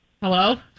hello